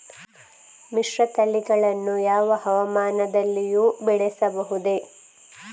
ಮಿಶ್ರತಳಿಗಳನ್ನು ಯಾವ ಹವಾಮಾನದಲ್ಲಿಯೂ ಬೆಳೆಸಬಹುದೇ?